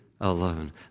alone